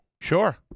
Sure